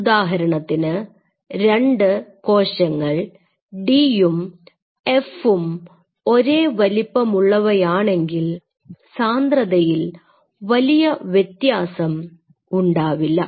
ഉദാഹരണത്തിന് രണ്ടു കോശങ്ങൾ d ഉം f ഉം ഒരേ വലിപ്പമുള്ളവയാണെങ്കിൽ സാന്ദ്രതയിൽ വലിയ വ്യത്യാസം ഉണ്ടാവില്ല